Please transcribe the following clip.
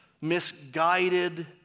misguided